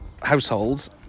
households